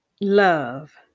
love